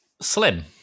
Slim